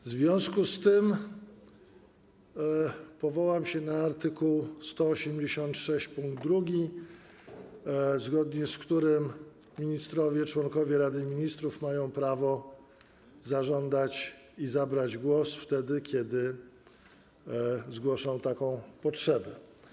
W związku z tym powołam się na art. 186 ust. 2, zgodnie z którym ministrowie, członkowie Rady Ministrów mają prawo zażądać, zabrać głos, wtedy kiedy zgłoszą taką potrzebę.